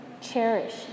Cherish